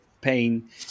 pain